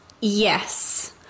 Yes